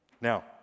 Now